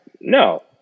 no